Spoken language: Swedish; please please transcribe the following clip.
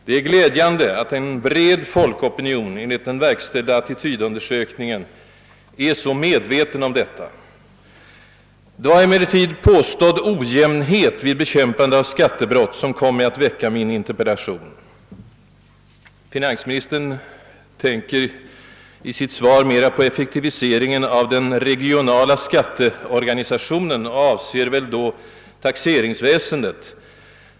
Det är glädjande att en bred folkopinion enligt den verkställa — attitydundersökningen är så medveten om detta. Det var emellertid påstådd ojämnhet vid bekämpandet av skattebrott som kom mig att framställa min interpellation. Finansministern tänker i sitt svar mera på effektiviseringen av den regionala skatteorganisationen och avser väl då taxeringsväsendet.